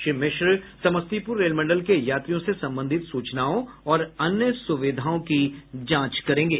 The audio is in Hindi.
श्री मिश्र समस्तीपुर रेल मंडल के यात्रियों से संबंधित सूचनाओं और अन्य सुविधाओं की जांच करेंगे